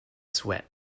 sweat